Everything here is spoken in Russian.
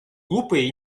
глупые